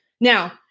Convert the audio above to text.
Now